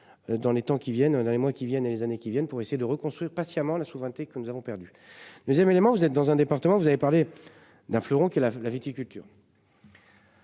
Dans les temps qui viennent, dans les mois qui viennent et les années qui viennent pour essayer de reconstruire patiemment la souveraineté que nous avons perdu 2ème élément, vous êtes dans un département, vous avez parlé d'un fleuron qui est la la viticulture.